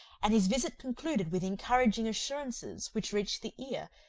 and his visit concluded with encouraging assurances which reached the ear,